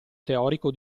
teorico